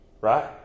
Right